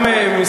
אז הנה בחרתם,